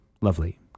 lovely